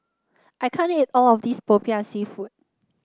I can't eat all of this Popiah seafood